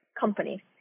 company